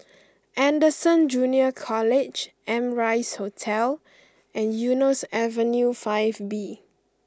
Anderson Junior College Amrise Hotel and Eunos Avenue Five B